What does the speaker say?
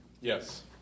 Yes